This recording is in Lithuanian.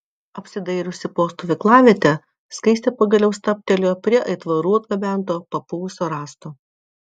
apsidairiusi po stovyklavietę skaistė pagaliau stabtelėjo prie aitvarų atgabento papuvusio rąsto